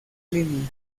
línea